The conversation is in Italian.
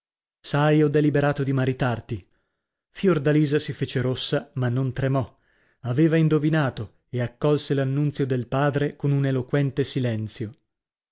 sai ho deliberato di maritarti fiordalisa si fece rossa ma non tremò aveva indovinato e accolse l'annunzio del padre con un eloquente silenzio